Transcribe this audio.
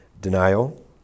Denial